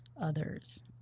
others